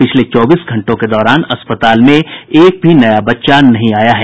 पिछले चौबीस घंटों के दौरान अस्पताल में एक भी नया बच्चा नहीं आया है